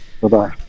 Bye-bye